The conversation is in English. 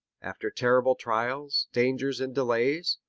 after terrible trials, dangers and delays,